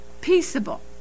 peaceable